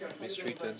mistreated